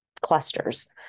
clusters